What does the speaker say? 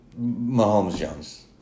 Mahomes-Jones